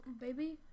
baby